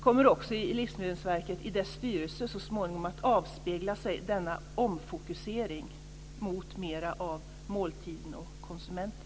Denna omfokusering mot måltiderna och konsumenterna kommer så småningom också att avspegla sig i Livsmedelsverkets styrelse.